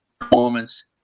performance